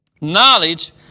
Knowledge